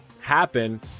happen